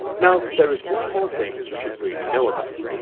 now there is one more thing you should really know about,